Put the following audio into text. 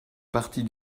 partie